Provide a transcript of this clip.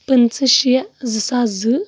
پٕنٛژٕ شےٚ زٕ ساس زٕ